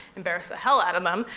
embarrass the hell out of them.